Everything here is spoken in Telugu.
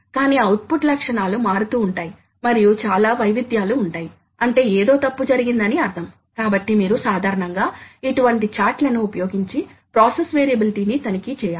అదేవిధంగా సాధారణంగా ఖచ్చితత్వం చాలా పెద్ద సమస్య కాబట్టి యంత్రం లో లభించే వివిధ రకాల పరిహార సదుపాయాలను నిజంగానే గమనించాలి